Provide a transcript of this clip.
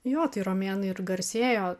jo tai romėnai ir garsėjo